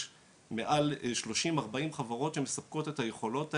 מעל 30-40 חברות שמספקות את היכולות האלה.